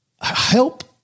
help